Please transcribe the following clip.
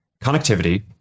connectivity